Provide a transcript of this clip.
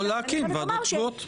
או להקים ועדות קבועות.